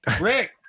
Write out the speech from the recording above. Rick